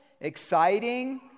exciting